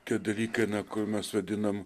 tie dalykai kur mes vadinam